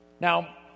Now